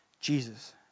Jesus